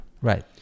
Right